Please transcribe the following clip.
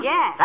Yes